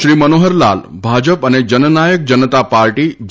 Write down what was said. શ્રી મનોહરલાલ ભાજપ અને જનનાયક જનતા પાર્ટી જે